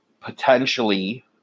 potentially